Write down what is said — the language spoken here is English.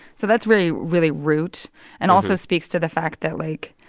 so that's really, really root and also speaks to the fact that, like,